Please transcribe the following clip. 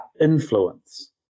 influence